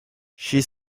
she